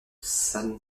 san